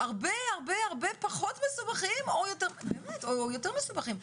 הרבה פחות מסובכים או יותר מסובכים.